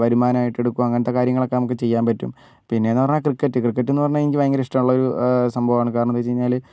വരുമാനമായിട്ട് എടുക്കുവോ അങ്ങനത്തെ കാര്യങ്ങളൊക്കേ നമുക്ക് ചെയ്യാൻ പറ്റും പിന്നെന്നു പറഞ്ഞാൽ ക്രിക്കറ്റ് ക്രിക്കറ്റ്ന്ന് പറഞ്ഞാൽ എനിക്ക് ഭയങ്കര ഇഷ്ട്ടമുള്ളൊരു സംഭവമാണ് കാരണം എന്താ വെച്ചു കഴിഞ്ഞാൽ